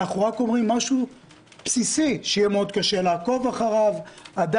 לא הייתי בסוף הדיון הקודם, אני